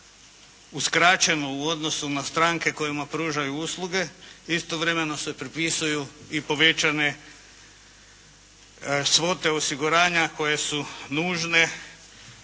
uskraćeno u odnosu na stranke kojima pružaju usluge istovremeno se propisuju i povećane svote osiguranja koje su nužne,